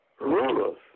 rulers